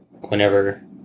whenever